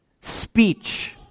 speech